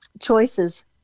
choices